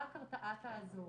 רק הרתעה תעזור.